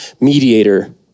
mediator